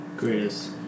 Greatest